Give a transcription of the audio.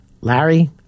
Larry